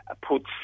puts